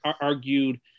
argued